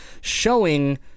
showing